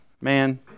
man